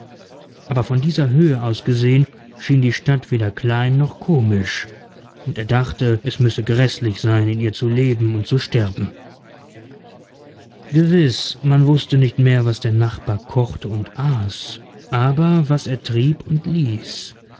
aber von dieser höhe aus gesehen schien die stadt weder klein noch komisch und er dachte es müsse gräßlich sein in ihr zu leben und zu sterben gewiß man wußte nicht mehr was der nachbar kochte und aß aber was er trieb und ließ